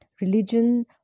Religion